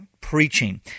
preaching